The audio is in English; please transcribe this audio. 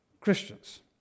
Christians